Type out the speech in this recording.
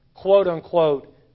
quote-unquote